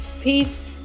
peace